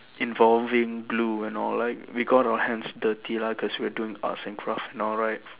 involving glue and all like we got our hands dirty lah cause we're doing arts and craft and all right